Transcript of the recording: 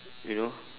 you know